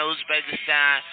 Uzbekistan